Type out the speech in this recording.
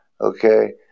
Okay